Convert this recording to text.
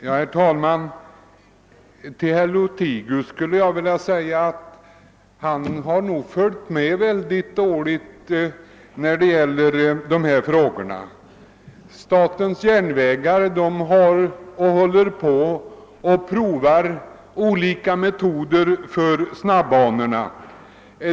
Herr talman! Herr Lothigius har nog följt med mycket dåligt i dessa frågor. Statens järnvägar provar olika metoder för snabbanor.